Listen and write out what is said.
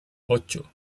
ocho